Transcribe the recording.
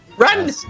Run